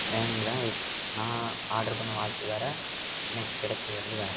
வாங்குனேன் அது நான் ஆர்டர் பண்ண வாட்ச்சி வேறு எனக்கு கெடைச்சது வந்து வேறு